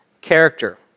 character